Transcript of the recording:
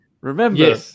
Remember